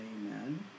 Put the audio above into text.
Amen